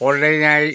online ആയി